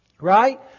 right